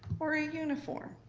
or a uniform?